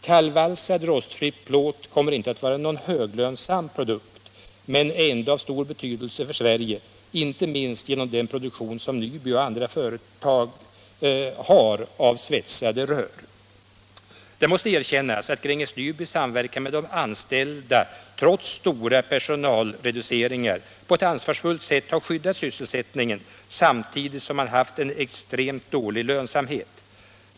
Kallvalsad rostfri plåt kommer icke att vara någon höglönsam produkt men ändå av stor betydelse för Sverige, inte minst genom den produktion av svetsade rör som Nyby och andra företag har. Det måste erkännas att Gränges Nyby i samverkan med de anställda trots stora personalreduceringar på ett ansvarsfullt sätt har skyddat sysselsättningen samtidigt som man haft en extremt dålig lönsamhet.